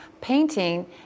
painting